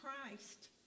Christ